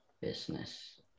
business